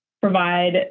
provide